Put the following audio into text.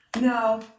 No